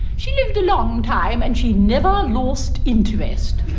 she lived a long time and she never lost interest.